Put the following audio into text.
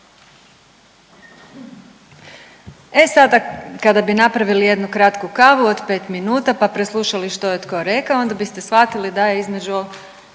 E sada kada bi napravili jednu kratku kavu od pet minuta, pa preslušali što je tko rekao, onda biste shvatili da je između